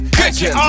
kitchen